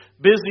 busy